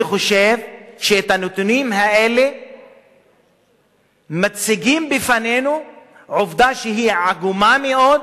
אני חושב שהנתונים האלה מציגים בפנינו עובדה עגומה מאוד,